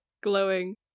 glowing